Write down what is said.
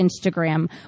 Instagram